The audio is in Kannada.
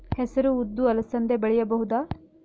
ಹೆಸರು ಉದ್ದು ಅಲಸಂದೆ ಬೆಳೆಯಬಹುದಾ?